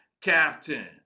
Captain